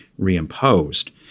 reimposed